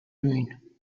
green